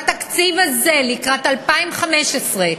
בתקציב הזה, לקראת 2015,